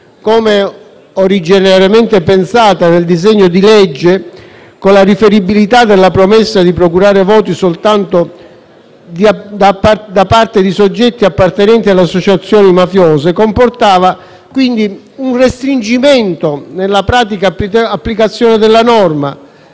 come originariamente pensata nel disegno di legge, con la riferibilità della promessa di procurare voti soltanto da parte di soggetti appartenenti ad associazioni mafiose, comportava un restringimento nella pratica applicazione della norma